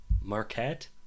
Marquette